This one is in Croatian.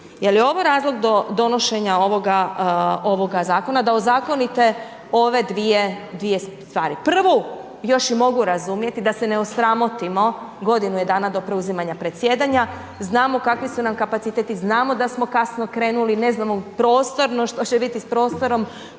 Je li ovo razlog donošenja ovoga zakona da ozakonite ove dvije stvari? Prvu još i mogu razumjeti, da se ne osramotimo, godinu je dana do preuzimanja predsjedanja, znamo kakvi su nam kapaciteti, znamo da smo kasno krenuli, ne znamo prostorno, što će biti s prostorom,